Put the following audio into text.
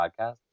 podcast